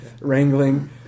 wrangling